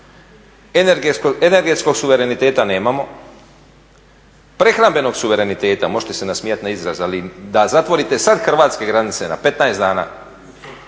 energetskog suvereniteta nemamo, prehrambenog suvereniteta, možete se nasmijati na izraz, ali da zatvorite sada hrvatske granice na 15 dana,